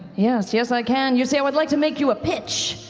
yes, yes i can. you see, i would like to make you a pitch.